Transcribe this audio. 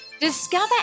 discover